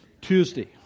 Tuesday